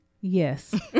Yes